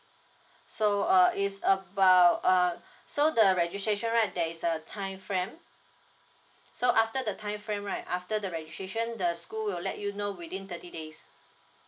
so uh it's about uh so the registration right there is a time frame so after the time frame right after the registration the school will let you know within thirty days